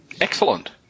Excellent